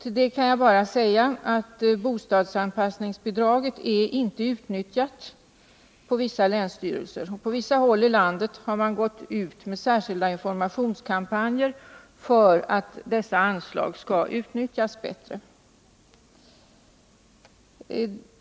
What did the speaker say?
Till det kan jag bara säga att bostadsanpassningsbidraget inte är utnyttjat på vissa länsstyrelser. På vissa håll i landet har man gått ut med särskilda informationskampanjer för att dessa anslag skall utnyttjas bättre.